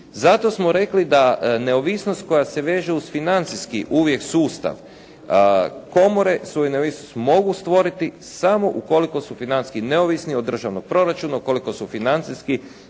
Zato smo rekli da neovisnost koja se veže uz financijski uvijek sustav komore svoju neovisnost mogu stvoriti samo ukoliko su financijski neovisni od državnog proračuna, ukoliko su financijski